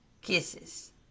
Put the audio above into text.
kisses